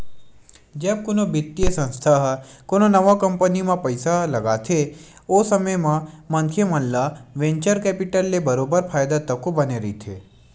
जब कोनो बित्तीय संस्था ह कोनो नवा कंपनी म पइसा ल लगाथे ओ समे म मनखे मन ल वेंचर कैपिटल ले बरोबर फायदा तको बने रहिथे